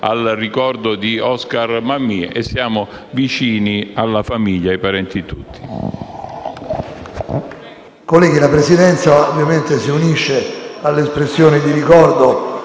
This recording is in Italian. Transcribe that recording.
al ricordo di Oscar Mammì e siamo vicini alla famiglia e ai parenti tutti.